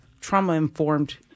trauma-informed